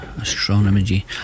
astronomy